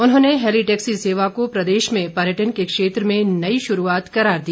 उन्होंने heli taxi सेवा को प्रदेश में पर्यटन के क्षेत्र में नई शुरुआत करार दिया